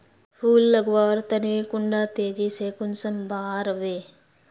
फुल लगवार तने कुंडा तेजी से कुंसम बार वे?